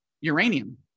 uranium